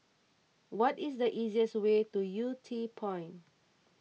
what is the easiest way to Yew Tee Point